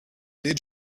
did